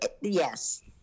Yes